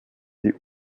die